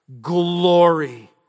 glory